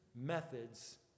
methods